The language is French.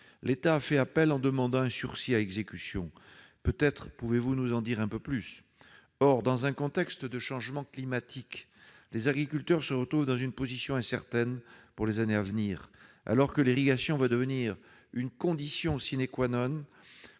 L'État a fait appel en demandant un sursis à exécution. Peut-être pouvez-vous nous en dire un peu plus, monsieur le secrétaire d'État ? Dans un contexte de changement climatique, les agriculteurs se retrouvent dans une position incertaine pour les années à venir, alors que l'irrigation va devenir une condition pour la